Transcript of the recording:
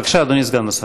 בבקשה אדוני סגן השר.